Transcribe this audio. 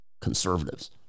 conservatives